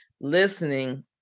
listening